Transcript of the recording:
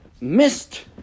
missed